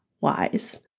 wise